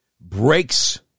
breaks